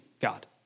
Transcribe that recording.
God